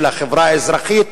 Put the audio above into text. של החברה האזרחית,